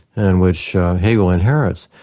and which hegel inherits.